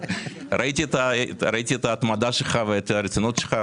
ראיתי את ההתמדה שלך ואת הרצינות שלך,